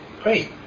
great